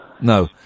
No